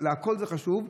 לכול זה חשוב,